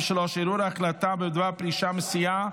53) (ערעור על החלטה בדבר פרישה מסיעה),